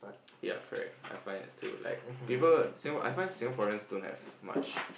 yea correct I find that too like people Singapore I find Singaporeans don't have much